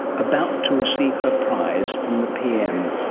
about to receive her prize from the pm.